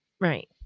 Right